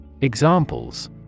Examples